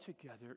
together